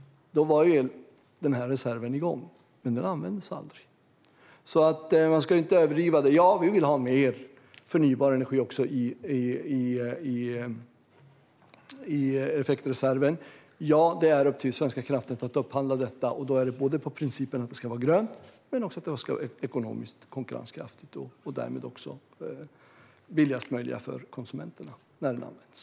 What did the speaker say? Då var reserven igång, men den användes aldrig. Man ska alltså inte överdriva. Ja, vi vill ha mer förnybar energi också i effektreserven. Ja, det är upp till Svenska kraftnät att upphandla detta. Då gäller principen att det ska vara både grönt och ekonomiskt konkurrenskraftigt och därmed också billigast möjligt för konsumenterna när reserven används.